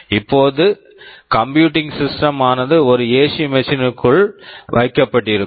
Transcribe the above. இப்போது computing systems computing systems ஆனது ஒரு ஏசி மெஷின் AC Machine ற்குள் வைக்கப்பட்டிருக்கும்